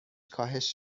کاهش